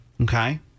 okay